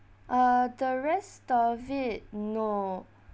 uh the rest of it no